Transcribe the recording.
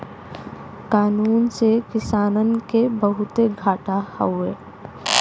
कानून से किसानन के बहुते घाटा हौ